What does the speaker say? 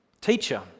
Teacher